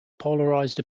polarised